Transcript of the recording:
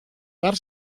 dar